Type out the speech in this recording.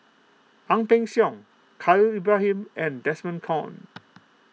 Ang Peng Siong Khalil Ibrahim and Desmond Kon